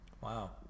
wow